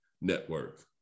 Network